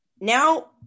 Now